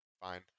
Fine